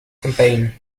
campaign